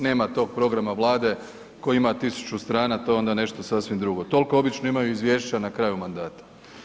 Nema tog programa Vlade koji ima 1000 strana, to je onda nešto sasvim drugo, toliko obično imaju izvješća na kraju mandata.